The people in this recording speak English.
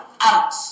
out